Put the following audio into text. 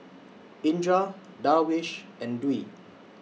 Indra Darwish and Dwi